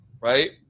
Right